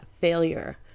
failure